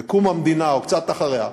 בקום המדינה או קצת אחר כך,